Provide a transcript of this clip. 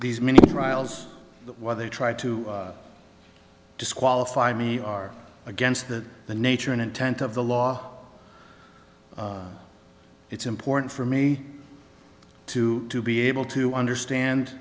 these many trials where they try to disqualify me are against the the nature and intent of the law it's important for me to be able to understand